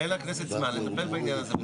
אין לכנסת זמן לטפל בעניין הזה,